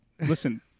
Listen